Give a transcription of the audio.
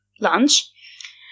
lunch